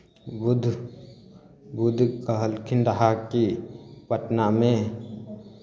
बुद्ध बुद्ध कहलखिन रहय कि पटनामे